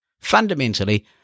Fundamentally